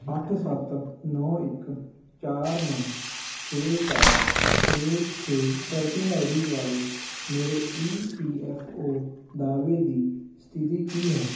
ਅੱਠ ਸੱਤ ਨੌਂ ਇੱਕ ਚਾਰ ਨੌਂ ਛੇ ਚਾਰ ਛੇ ਛੇ ਟ੍ਰੈਕਿੰਗ ਆਈ ਡੀ ਵਾਲੇ ਮੇਰੇ ਈ ਪੀ ਐੱਫ ਓ ਦਾਅਵੇ ਦੀ ਸਥਿਤੀ ਕੀ ਹੈ